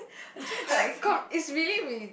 like got is really